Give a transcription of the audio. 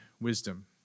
wisdom